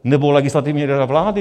Nebo Legislativní rada vlády?